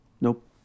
Nope